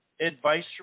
Advice